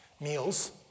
meals